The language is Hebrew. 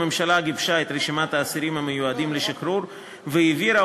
הממשלה גיבשה את רשימת האסירים המיועדים לשחרור והעבירה